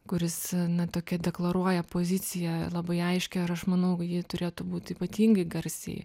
kuris na tokią deklaruoja poziciją labai aiškią ir aš manau ji turėtų būti ypatingai garsiai